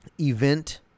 event